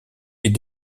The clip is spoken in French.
est